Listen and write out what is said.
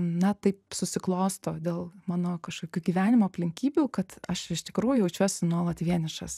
na taip susiklosto dėl mano kažkokių gyvenimo aplinkybių kad aš iš tikrųjų jaučiuosi nuolat vienišas